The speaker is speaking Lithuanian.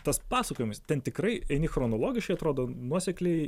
tas pasakojimas ten tikrai eini chronologiškai atrodo nuosekliai